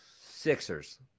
Sixers